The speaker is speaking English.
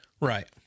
Right